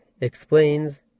explains